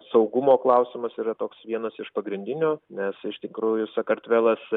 saugumo klausimas yra toks vienas iš pagrindinių nes iš tikrųjų sakartvelas